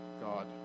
God